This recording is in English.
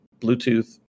Bluetooth